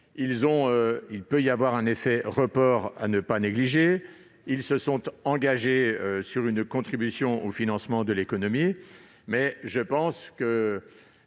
a pu y avoir un effet de report à ne pas négliger. Ils se sont engagés sur une contribution au financement de l'économie, mais je pense que,